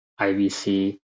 IVC